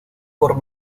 por